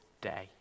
day